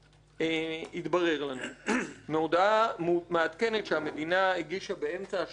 התברר לנו מהודעה מעדכנת שהמדינה הגישה באמצע השנה הזו,